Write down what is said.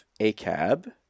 acab